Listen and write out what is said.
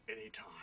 anytime